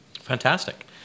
Fantastic